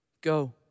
Go